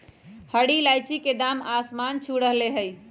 हरी इलायची के दाम आसमान छू रहलय हई